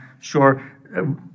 sure